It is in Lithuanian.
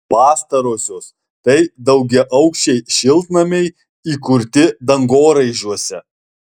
pastarosios tai daugiaaukščiai šiltnamiai įkurti dangoraižiuose